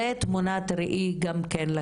זו תמונה הראי גם כן,